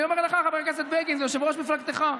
אני אומר לך, חבר הכנסת בגין, זה יושב-ראש מפלגתך,